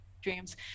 dreams